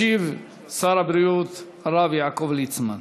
ישיב שר הבריאות, הרב יעקב ליצמן.